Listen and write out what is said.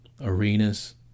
arenas